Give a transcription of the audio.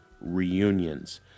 Reunions